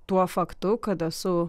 tuo faktu kad esu